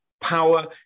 power